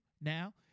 now